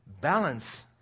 balance